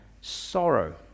sorrow